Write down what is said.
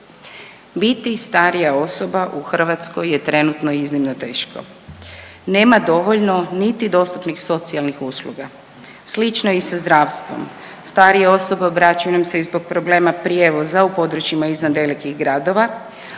Biti starija osoba u Hrvatskoj je trenutno iznimno teško. Nema dovoljno niti dostupnih socijalnih usluga, slično je i sa zdravstvom, starije osobe obraćaju nam se i zbog problema prijevoza u područjima izvan velikih gradova,